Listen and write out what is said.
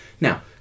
now